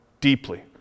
deeply